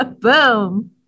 Boom